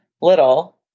little